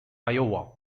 iowa